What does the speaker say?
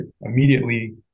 immediately